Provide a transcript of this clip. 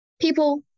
People